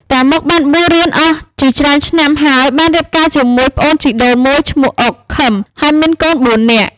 តាម៉ុក បានបួសរៀនអស់ជាច្រើនឆ្នាំ ហើយ បានរៀបការជាមួយប្អូនជីដូនមួយឈ្មោះ អ៊ុក ឃឹម ហើយមានកូនបួននាក់។